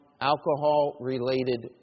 alcohol-related